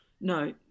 no